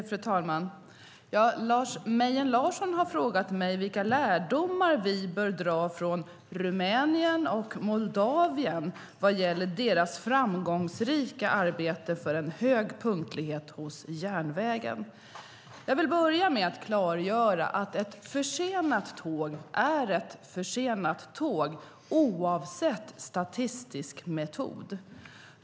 Fru talman! Lars Mejern Larsson har frågat mig vilka lärdomar vi bör dra från Rumänien och Moldavien vad gäller deras framgångsrika arbete för en hög punktlighet hos järnvägen. Jag vill börja med att klargöra att ett försenat tåg är ett försenat tåg oavsett statistisk mätmetod.